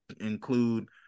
include